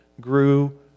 grew